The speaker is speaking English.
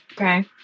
Okay